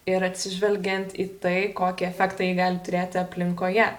ir atsižvelgiant į tai kokį efektą ji gali turėti aplinkoje